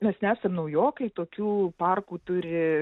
mes nesam naujokai tokių parkų turi